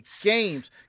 games